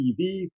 TV